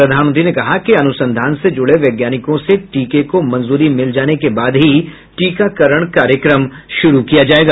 प्रधानमंत्री ने कहा कि अनुसंधान से जुडे वैज्ञानिकों से टीके को मंजूरी मिल जाने के बाद ही टीकाकरण कार्यक्रम शुरू किया जायेगा